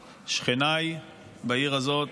שכניי בעיר הזאת,